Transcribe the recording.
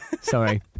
Sorry